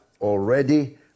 already